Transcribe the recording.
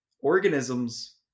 Organisms